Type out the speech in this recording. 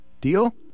Deal